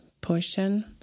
portion